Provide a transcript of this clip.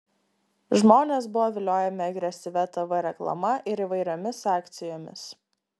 žmonės buvo viliojami agresyvia tv reklama ir įvairiomis akcijomis